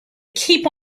keep